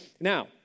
Now